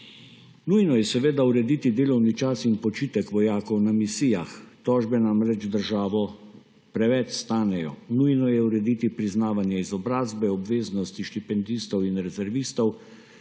Nujno je seveda urediti delovni čas in počitek vojakov na misijah. Tožbe namreč državo preveč stanejo. Nujno je urediti priznavanje izobrazbe, obveznosti štipendistov in rezervistov,